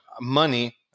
money